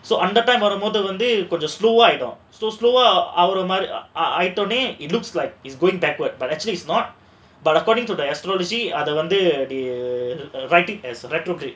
so அந்த:andha time வரும் போது வந்து கொஞ்சம்:varum pothu vandhu konjam slow ஆகிடும்:aagidum it looks like it's going backward but actually it's not but according to the astrology